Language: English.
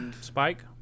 Spike